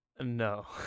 No